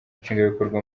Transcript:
nshingwabikorwa